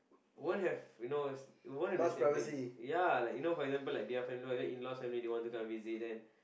one have you know one have the same thing ya like you know for example like their family members in laws and they don't want to come and visit them